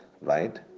right